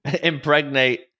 impregnate